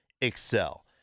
excel